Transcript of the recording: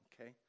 okay